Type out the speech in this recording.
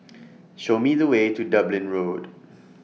Show Me The Way to Dublin Road